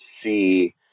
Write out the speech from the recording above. see